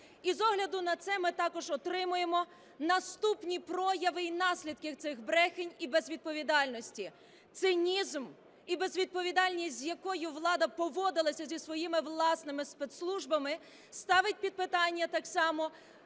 І з огляду на це ми також отримуємо наступні прояви і наслідки цих брехень і безвідповідальності. Цинізм і безвідповідальність, з якою влада поводилася зі своїми власними спецслужбами, ставить під питання так само